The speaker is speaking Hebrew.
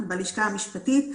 אנחנו בלשכה המשפטית,